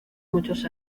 muchos